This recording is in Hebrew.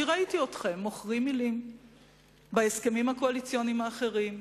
כי ראיתי אתכם מוכרים מלים בהסכמים הקואליציוניים האחרים,